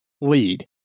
lead